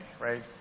right